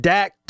Dak